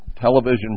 television